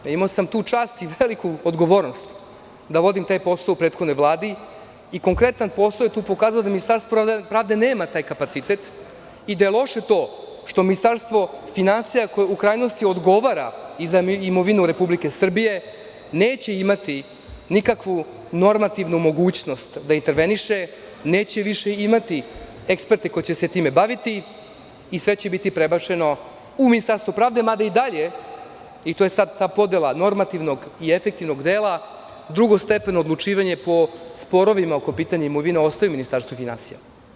Imao sam tu čast i veliku odgovornost da vodim taj posao u prethodnoj Vladi i konkretan posao je tu pokazao da Ministarstvo pravde nema taj kapacitet i da je loše to što Ministarstvo finansija, koje u krajnosti odgovara za imovinu Republike Srbije, neće imati nikakvu normativnu mogućnost da interveniše, neće više imati eksperte koji će se time baviti i sve će biti prebačeno u Ministarstvo pravde, mada i dalje, i to je sada ta podela normativnog i efektivnog dela, drugostepeno odlučivanje po sporovima oko pitanja imovine ostaje u Ministarstvu finansija.